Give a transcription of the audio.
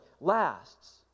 lasts